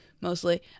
mostly